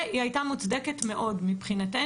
והיא הייתה מוצדקת מאוד מבחינתנו.